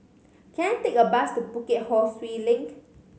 can I take a bus to Bukit Ho Swee Link